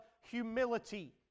humility